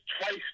twice